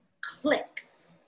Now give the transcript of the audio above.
clicks